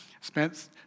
Spent